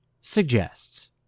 suggests